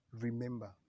Remember